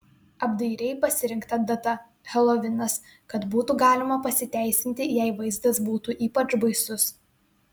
apdairiai pasirinkta data helovinas kad būtų galima pasiteisinti jei vaizdas būtų ypač baisus